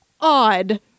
odd